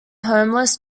homeless